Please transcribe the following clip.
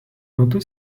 metu